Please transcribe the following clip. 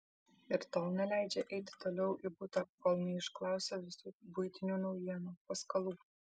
ir tol neleidžia eiti toliau į butą kol neišklausia visų buitinių naujienų paskalų